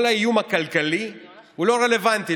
כל האיום הכלכלי הוא לא רלוונטי.